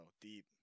deep